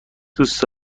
دوست